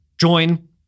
join